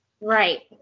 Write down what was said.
Right